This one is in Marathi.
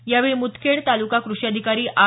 यावेळी मुदखेड तालुका कृषि अधिकारी आर